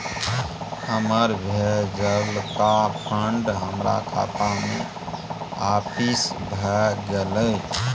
हमर भेजलका फंड हमरा खाता में आपिस भ गेलय